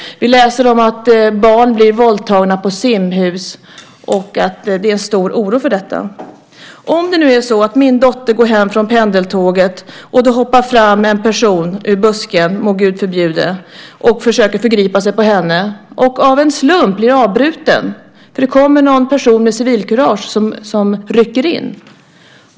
Vi läser om barn som blir våldtagna i simhus och om att det finns en stor oro för detta. Tänk om min dotter går hem från pendeltåget och en person hoppar fram ur en buske - vilket Gud må förbjuda - och försöker förgripa sig på henne men som av en slump blir avbruten därför att en person med civilkurage kommer och rycker in.